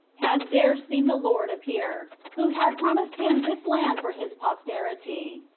had there seen the lord appear, who had promised him this land for his posterity.